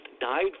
died